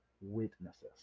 witnesses